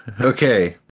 Okay